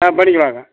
ஆ பண்ணிக்கலாங்க